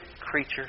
creature